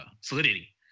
Solidity